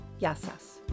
yasas